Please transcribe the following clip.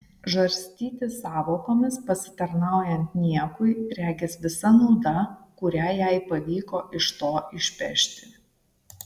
žarstytis sąvokomis pasitarnaujant niekui regis visa nauda kurią jai pavyko iš to išpešti